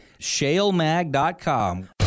shalemag.com